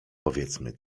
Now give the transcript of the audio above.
powiedzmy